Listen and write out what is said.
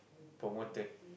promoted